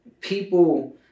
people